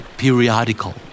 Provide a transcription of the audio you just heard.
Periodical